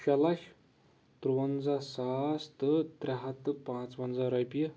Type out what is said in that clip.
شیٚے لَچھ تُرٛوَنزاہ ساس تہٕ ترٛےٚ ہَتھ تہٕ پانٛژوَنزاہ رۄپیہِ